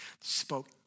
spoke